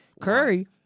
Curry